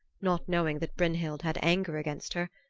not knowing that brynhild had anger against her,